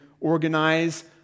organize